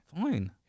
Fine